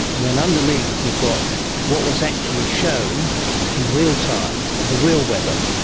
and then underneath you've got what was actually shown in real time of the real weather,